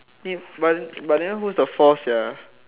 but but then who's the fourth sia